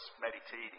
meditating